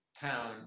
town